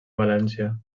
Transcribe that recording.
valència